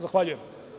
Zahvaljujem.